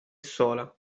sola